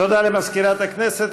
תודה למזכירת הכנסת.